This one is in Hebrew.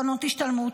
קרנות השתלמות,